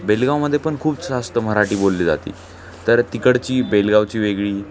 बेळगावीमध्ये पण खूप शास्त्र मराठी बोलली जाते तर तिकडची बेळगावीची वेगळी